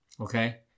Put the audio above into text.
Okay